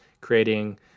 creating